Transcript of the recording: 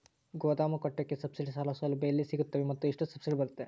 ಗೋದಾಮು ಕಟ್ಟೋಕೆ ಸಬ್ಸಿಡಿ ಸಾಲ ಸೌಲಭ್ಯ ಎಲ್ಲಿ ಸಿಗುತ್ತವೆ ಮತ್ತು ಎಷ್ಟು ಸಬ್ಸಿಡಿ ಬರುತ್ತೆ?